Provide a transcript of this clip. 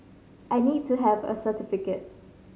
I need to have a certificate